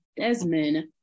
Desmond